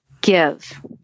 Give